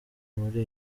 muri